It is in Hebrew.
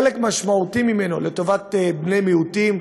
חלק משמעותי מהם לטובת בני מיעוטים,